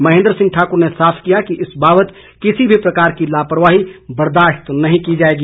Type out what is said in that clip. महेन्द्र सिंह ठाकुर ने साफ किया कि इस बावत किसी भी प्रकार की लापरवाही बर्दाश्त नहीं की जाएगी